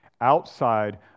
outside